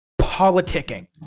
politicking